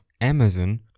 Amazon